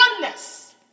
oneness